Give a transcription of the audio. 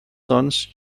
sons